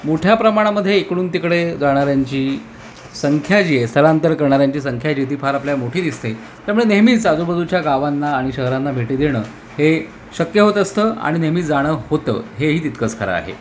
मोठ्या प्रमाणामध्ये इकडून तिकडे जाणाऱ्यांची संख्या जी आहे स्थलांतर करणाऱ्यांची संख्या जी आहे ती फार आपल्या मोठी दिसते त्यामुळे नेहमीच आजूबाजूच्या गावांना आणि शहरांना भेटी देणं हे शक्य होत असतं आणि नेहमीच जाणं होतं हेही तितकचं खरं आहे